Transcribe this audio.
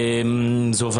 תשפ"ב,